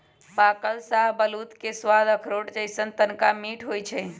पाकल शाहबलूत के सवाद अखरोट जइसन्न तनका मीठ होइ छइ